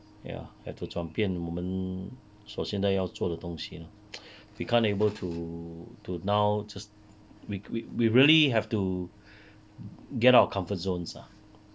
ya have to 转变我们首先要做的东西 we can't able to to now just we we we really have to get out of comfort zones ah